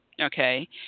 okay